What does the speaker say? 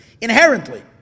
Inherently